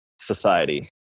society